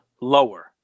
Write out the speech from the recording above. Lower